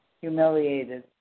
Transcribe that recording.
Humiliated